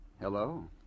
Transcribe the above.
Hello